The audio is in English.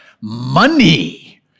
money